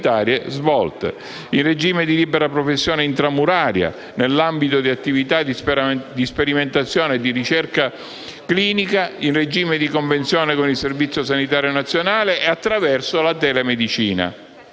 in regime di libera professione intramuraria, nell'ambito di attività di sperimentazione e di ricerca clinica, in regime di convenzione con il Servizio sanitario nazionale e attraverso la telemedicina.